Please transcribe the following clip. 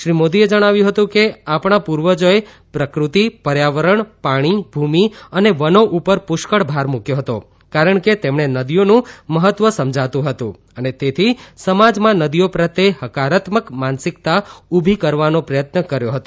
શ્રી મોદીએ જણાવ્યું હતું કે આપણા પૂર્વજોએ પ્રકૃતિ પર્યાવરણ પાણી ભૂમિ અને વનો ઉપર પુષ્કળ ભાર મૂક્યો હતો કારણ કે તેમણે નદીઓનું મહત્વ સમજાતું હતું અને તેથી સમાજમાં નદીઓ પ્રત્યે હકારાત્મક માનસિકતા ઉભી કરવાનો પ્રયત્ન કર્યો હતો